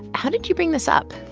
how did you bring this up?